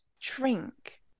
drink